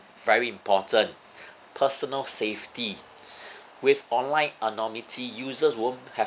very important personal safety with online anonymity users won't have